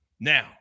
Now